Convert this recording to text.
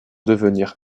devenir